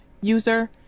user